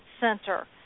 Center